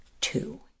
two